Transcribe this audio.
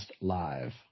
Live